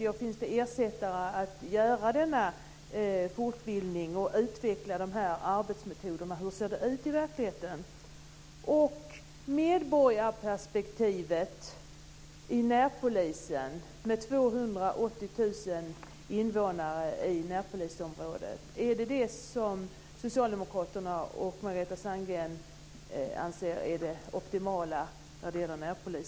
Finns det ersättare så att man kan gå denna fortbildning och utveckla arbetsmetoderna? Hur ser det ut i verkligheten? Hur är det med medborgarperspektivet hos närpolisen? 280 000 invånare i närpolisområdet - är det detta som Socialdemokraterna och Margareta Sandgren anser är det optimala?